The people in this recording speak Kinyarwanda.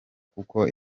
kuko